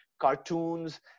cartoons